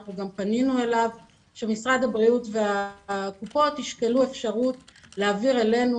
אנחנו גם פנינו אליו והקופות ישקלו אפשרות להעביר אלינו